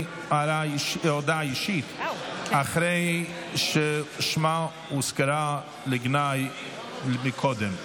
הודעה אישית אחרי ששמה הוזכר לגנאי קודם.